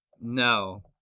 no